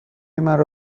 مرا